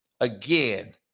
Again